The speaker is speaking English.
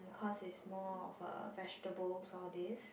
because it's more of uh vegetables all these